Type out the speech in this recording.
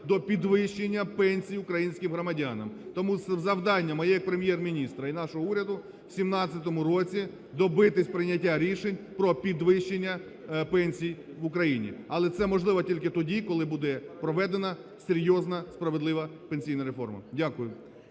до підвищення пенсій українським громадянам. Тому завдання моє як Прем'єр-міністра і нашого уряду в 2017 році добитись прийняття рішень про підвищення пенсій в Україні. Але це можливо тільки тоді, коли буде проведена серйозна, справедлива пенсійна реформа. Дякую.